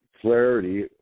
clarity